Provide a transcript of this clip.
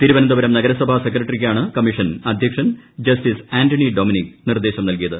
തിരുവനന്തപുരം നഗരസഭാ സെക്രട്ടറിക്കാണ് കമ്മീഷൻ അധ്യക്ഷൻ ജസ്റ്റിസ് ആന്റണി ഡൊമിനിക് നിർദ്ദേശം നിൽകിയത്